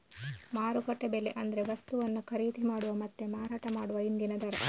ಮಾರುಕಟ್ಟೆ ಬೆಲೆ ಅಂದ್ರೆ ವಸ್ತುವನ್ನ ಖರೀದಿ ಮಾಡುವ ಮತ್ತೆ ಮಾರಾಟ ಮಾಡುವ ಇಂದಿನ ದರ